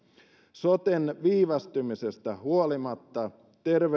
soten viivästymisestä huolimatta